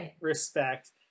respect